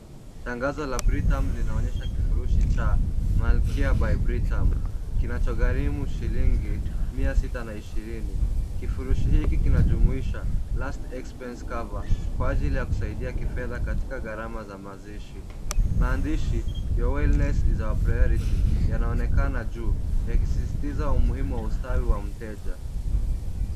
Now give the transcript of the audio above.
Tangazo la Britam linaonyesha kifurushi cha Malkia by britam kinachogharimu shilingi mia sita na ishiririni .Kifurushi hiki kinajumuisha last expense cover Kwa ajili ya kusaidia kifedhakatika gharama za mazishi .Maandishi your wellness is our priority ,yanaonekana juu yakisisitiza umuhimu wa ustawi wa mteja.